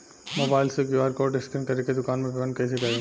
Mobile से QR code scan कर के दुकान मे पेमेंट कईसे करेम?